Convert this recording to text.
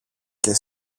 και